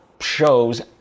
shows